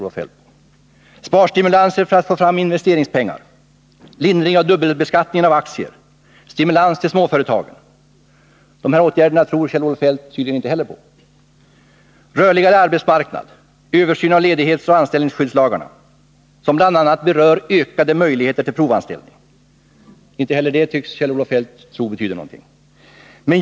Vidare: sparstimulanser för att få fram investeringspengar, lindring av dubbelbeskattningen av aktier, stimulans till småföretagen — inte heller de åtgärderna tror Kjell-Olof Feldt tydligen på. Inte heller åtgärder för en rörligare arbetsmarknad, översyn av ledighetsoch anställningsskyddslagarna, som bl.a. berör ökade möjligheter till provanställning, tycks Kjell-Olof Feldt tro betyder någonting.